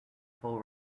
full